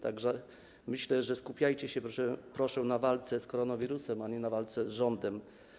Tak że myślę, że skupiajcie się, proszę, na walce z koronawirusem, a nie na walce z rządem.